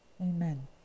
amen